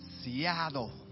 Seattle